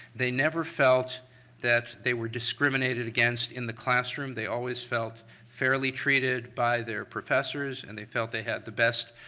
they never felt that they were discriminated against in the classroom. they always felt fairly treated by their professors, and they felt they have the best,